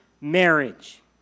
marriage